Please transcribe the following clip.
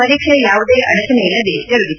ಪರೀಕ್ಷೆ ಯಾವುದೇ ಆಡಚಣೆಯಿಲ್ಲದೆ ಜರುಗಿತು